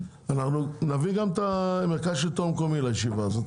נביא גם נציגים מהמרכז לשלטון מקומי לישיבה הזאת,